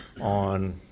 on